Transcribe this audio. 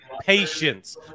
patience